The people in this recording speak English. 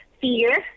fear